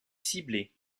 ciblée